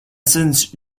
since